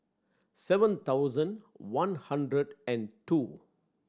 seven thousand one hundred and two